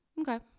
Okay